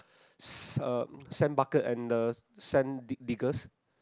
s~ uh sand bucket and the sand dig diggers